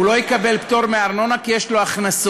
הוא פטור גם עכשיו.